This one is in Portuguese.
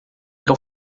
não